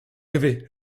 rêvé